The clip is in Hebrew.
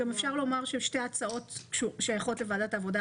גם אפשר לומר ששתי ההצעות שייכות לוועדת העבודה,